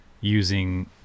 using